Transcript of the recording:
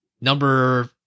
number